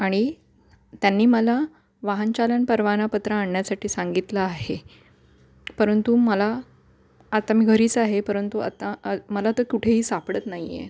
आणि त्यांनी मला वाहनचालन परवाना पत्र आणण्यासाठी सांगितलं आहे परंतु मला आता मी घरीच आहे परंतु आता अ मला तर कुठेही सापडत नाही आहे